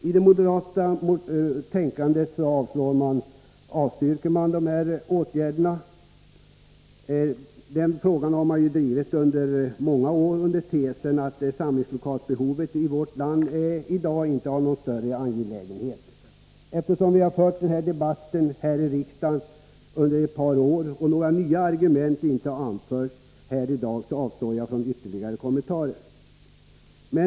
I det moderata tänkandet avstyrker man dessa åtgärder. Den frågan har man drivit under många år under tesen att samlingslokalsbehovet i vårt land inte är någon större angelägenhet. Eftersom vi har fört den debatten här i riksdagen under ett par år och några nya argument inte har anförts här i dag, avstår jag från ytterligare kommentarer.